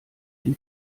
die